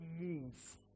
move